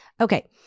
Okay